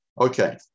Okay